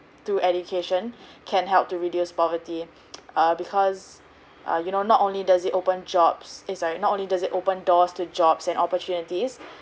through education can help to reduce poverty err because uh you know not only does it open jobs eh sorry not only does it open doors to jobs and opportunities